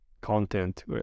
content